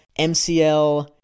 MCL